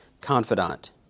confidant